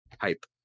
hype